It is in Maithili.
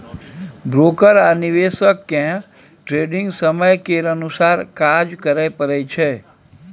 ब्रोकर आ निवेशक केँ ट्रेडिग समय केर अनुसार काज करय परय छै